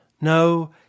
No